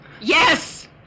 Yes